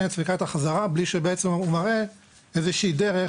את ספיקת החזרה בלי שבעצם הוא מראה איזהו שהיא דרך